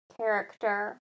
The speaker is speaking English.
character